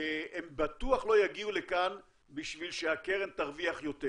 הם בטוח לא יגיעו לכאן בשביל שהקרן תרוויח יותר.